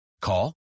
Call